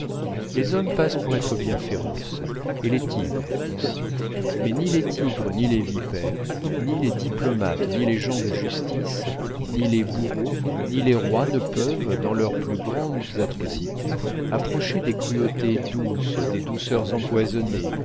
les hommes passent pour être bien féroces et les tigres aussi mais ni les tigres ni les vipères ni les diplomates ni les gens de justice ni les bourreaux ni les rois ne peuvent dans leurs plus grandes atrocités approcher des cruautés douces des douceurs empoisonnées